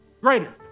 Greater